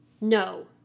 No